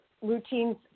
routines